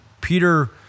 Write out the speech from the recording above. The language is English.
Peter